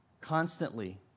Constantly